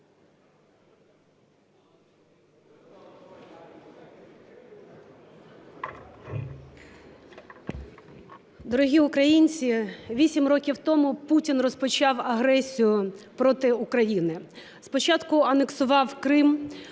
Дорогі українці, 8 років тому Путін розпочав агресію проти України: спочатку анексував Крим,